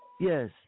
Yes